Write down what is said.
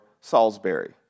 Salisbury